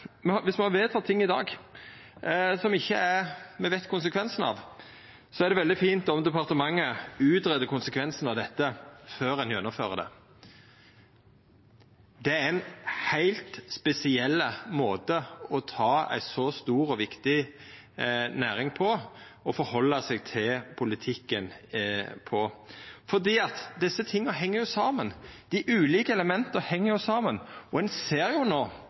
veit konsekvensen av, er det veldig fint om departementet greier ut konsekvensane av dette før ein gjennomfører det. Det er ein heilt spesiell måte å sjå på ei så stor og viktig næring på og forhalda seg til politikken på. Desse tinga heng jo saman, dei ulike elementa heng saman, og ein ser no